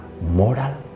moral